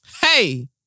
Hey